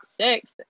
six